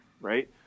Right